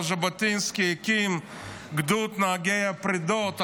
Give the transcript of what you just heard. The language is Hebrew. אבל ז'בוטינסקי הקים את גדוד נהגי הפרדות,